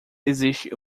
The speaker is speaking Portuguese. existe